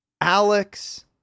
Alex